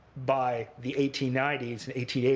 by the eighteen ninety s and eighteen eighty